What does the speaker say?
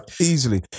easily